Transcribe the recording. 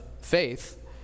faith